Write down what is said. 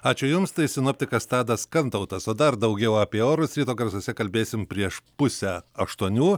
ačiū jums tai sinoptikas tadas kantautas o dar daugiau apie orus ryto garsuose kalbėsim prieš pusę aštuonių